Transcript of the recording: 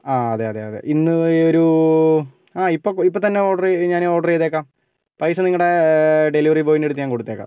അതേയതേയതേ ഇന്ന് ഒരു ഇപ്പോൾത്തന്നെ ഓർഡർ ഞാൻ ഓർഡർ ചെയ്തേക്കാം പൈസ നിങ്ങളുടെ ഡെലിവറി ബോയ്യന്റെ അടുത്തേക്ക് ഞാൻ കൊടുത്തയയ്ക്കാം